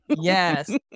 Yes